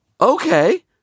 Okay